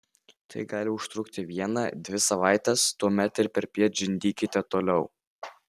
tai gali užtrukti vieną dvi savaites tuomet ir perpiet žindykite toliau